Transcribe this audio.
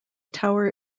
tower